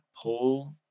pull